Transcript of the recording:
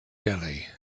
delhi